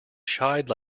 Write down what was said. shied